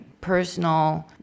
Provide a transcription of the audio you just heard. personal